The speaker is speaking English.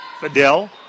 Fidel